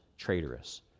Traitorous